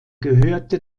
gehörte